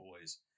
boys